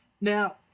Now